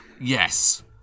yes